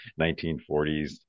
1940s